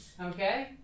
Okay